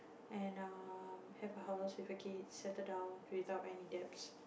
and um have a house certificate settle down without any debts